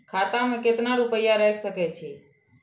खाता में केतना रूपया रैख सके छी?